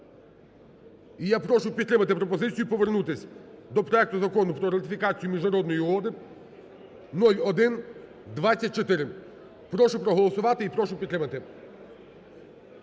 І я прошу підтримати пропозицію повернутись до проекту Закону про ратифікацію міжнародної угоди 0124. Прошу проголосувати і прошу підтримати.